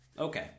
okay